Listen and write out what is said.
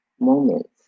moments